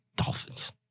Dolphins